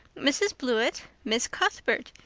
mrs. blewett, miss cuthbert.